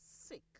sick